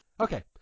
Okay